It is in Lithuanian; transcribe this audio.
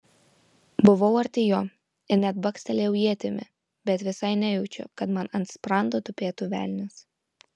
buvau arti jo ir net bakstelėjau ietimi bet visai nejaučiu kad man ant sprando tupėtų velnias